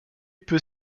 peut